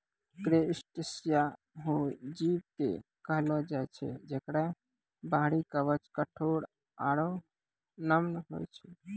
crustacea हो जीव कॅ कहलो जाय छै जेकरो बाहरी कवच कठोर आरो नम्य होय छै